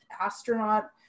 astronaut